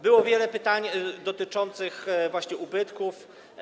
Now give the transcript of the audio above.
Było wiele pytań dotyczących właśnie ubytków.